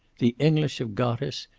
the english have got us.